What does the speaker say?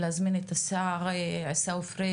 ולהזמין את השר לשיתוף פעולה